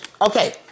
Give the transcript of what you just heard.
Okay